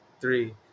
three